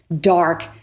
dark